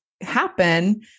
happen